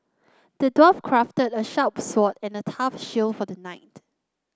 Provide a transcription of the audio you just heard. the dwarf crafted a sharp sword and a tough shield for the knight